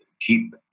keep